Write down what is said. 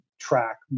track